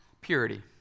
purity